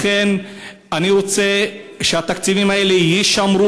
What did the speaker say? לכן אני רוצה שהתקציבים האלה יישמרו